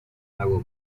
lago